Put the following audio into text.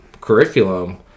curriculum